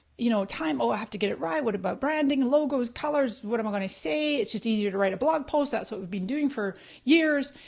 you know time, oh, i have to get it right, what about branding, logos, colors, what am i gonna say? it's just easier to write a blog post. that's what we've been doing for years.